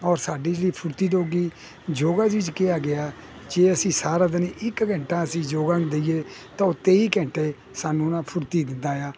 ਔਰ ਸਾਡੀ ਜਿਹੜੀ ਫੁਰਤੀ ਰਹੂਗੀ ਯੋਗਾ ਵਿੱਚ ਕਿਹਾ ਗਿਆ ਜੇ ਅਸੀਂ ਸਾਰਾ ਦਿਨ ਇੱਕ ਘੰਟਾ ਅਸੀਂ ਯੋਗਾਂ ਨੂੰ ਦਈਏ ਤਾਂ ਉਹ ਤੇਈ ਘੰਟੇ ਸਾਨੂੰ ਨਾ ਫੁਰਤੀ ਦਿੰਦਾ ਆ